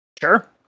Sure